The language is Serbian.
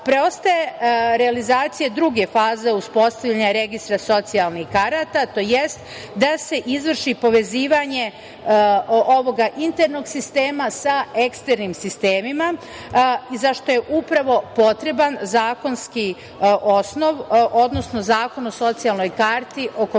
realizacija druge faze uspostavljanje registra socijalnih karata to jest da se izvrši povezivanje ovog internog sistema sa eksternim sistemima zašta je upravo potreban zakonski osnov, odnosno Zakon o socijalnoj karti o kome mi